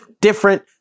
different